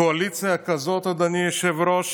קואליציה כזאת, אדוני היושב-ראש,